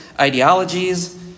ideologies